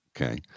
Okay